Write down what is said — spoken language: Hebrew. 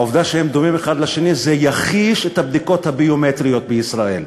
העובדה שהם דומים האחד לשני תחיש את הבדיקות הביומטריות בישראל,